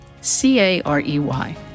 C-A-R-E-Y